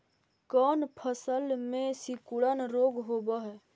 कोन फ़सल में सिकुड़न रोग होब है?